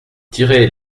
tirez